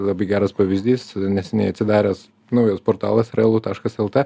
labai geras pavyzdys neseniai atsidaręs naujas portalas realu taškas lt